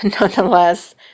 Nonetheless